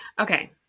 Okay